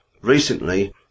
recently